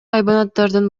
айбанаттардын